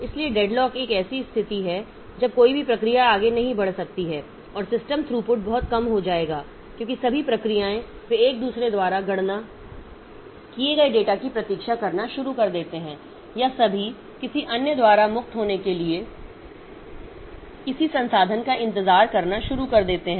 इसलिए डेडलॉक एक ऐसी स्थिति है जब कोई भी प्रक्रिया आगे नहीं बढ़ सकती है और सिस्टम थ्रूपुट बहुत कम हो जाएगा क्योंकि सभी प्रक्रियाएं वे एक दूसरे द्वारा गणना किए गए डेटा की प्रतीक्षा करना शुरू कर देते हैं या सभी किसी अन्य द्वारा मुक्त होने के लिए किसी संसाधन का इंतजार करना शुरू कर देते हैं